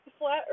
Flat